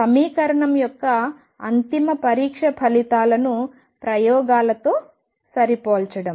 సమీకరణం యొక్క అంతిమ పరీక్ష ఫలితాలను ప్రయోగాలతో సరిపోల్చడం